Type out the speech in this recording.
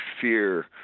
fear